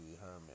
Herman